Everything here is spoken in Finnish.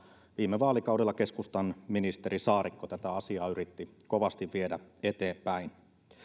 viime vaalikaudella keskustan ministeri saarikko tätä asiaa yritti kovasti viedä eteenpäin